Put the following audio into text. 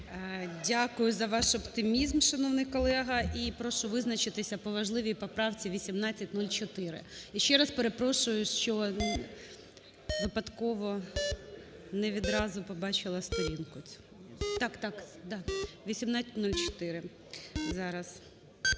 Дякую за ваш оптимізм, шановний колега. І прошу визначитися по важливій поправці 1804.